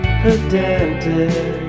pedantic